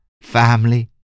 family